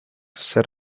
zer